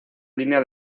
línea